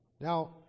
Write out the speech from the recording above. Now